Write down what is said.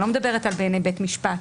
אני לא מדברת על בעיני בית משפט,